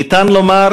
ניתן לומר